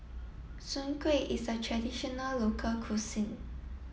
Soon Kuih is a traditional local cuisine